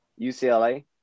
UCLA